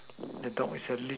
the dog is certainly